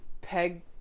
peg